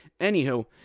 Anywho